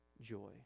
joy